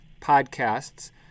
podcasts